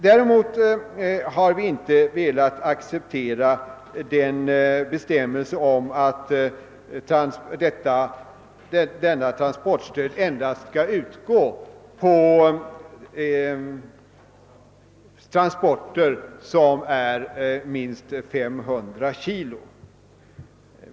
Däremot har vi inte velat acceptera bestämmelsen om att fraktstöd endast skall lämnas för transporter om minst 500 kg.